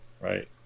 Right